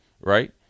right